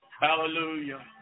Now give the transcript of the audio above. Hallelujah